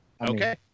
Okay